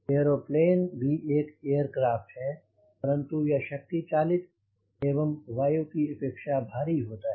aeroplane भी एक aircraft है परंतु यह शक्ति चालित एवं वायु की अपेक्षा भारी होता है